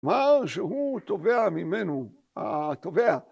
‫מה שהוא תובע ממנו, התובע.